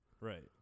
Right